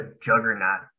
juggernaut